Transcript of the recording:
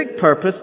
purpose